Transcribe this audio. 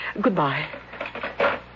Goodbye